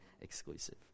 exclusive